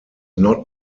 not